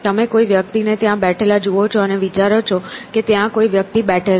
તમે કોઈ વ્યક્તિને ત્યાં બેઠેલા જુઓ છો અને વિચારો છો કે ત્યાં કોઈ વ્યક્તિ બેઠેલ છે